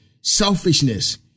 selfishness